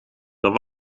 dat